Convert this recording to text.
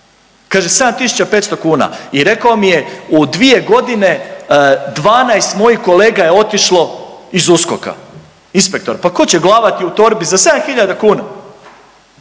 Kaže 7.500 kn i rekao mi je u 2.g. 12 mojih kolega je otišlo iz USKOK-a, inspektor, pa ko će, glava ti u torbi za 7 hiljada